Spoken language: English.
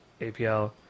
APL